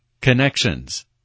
Connections